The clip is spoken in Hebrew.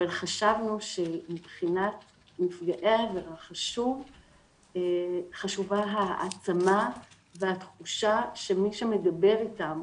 אבל חשבנו שמבחינת נפגעי העבירה חשובה ההעצמה והתחושה שמישהו מדבר איתם,